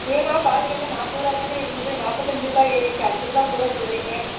ஏம்மா பால் விலை நாற்பது ரூபா தானே இருந்தது நாற்பத்தஞ்சி ரூபா ஏறிவிட்டு அஞ்சு ரூபாய் கூட சொல்கிறீங்க